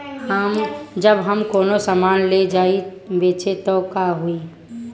जब हम कौनो सामान ले जाई बेचे त का होही?